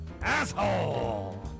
Asshole